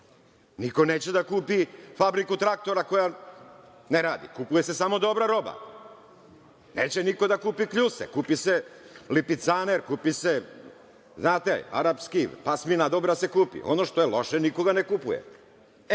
Niko neće da kupi fabriku traktora koja ne radi, kupuje se samo dobra roba. Neće niko da kupi kljuse, kupi se lipicaner, kupi se, znate, arapski, pasmina dobra se kupi. Ono što je loše, niko ga ne kupuje. To